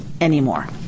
anymore